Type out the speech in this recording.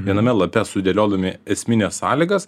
viename lape sudėliodami esmines sąlygas